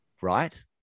right